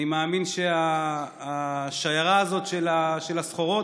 אני מאמין שהשיירה הזאת של הסחורות,